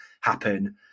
happen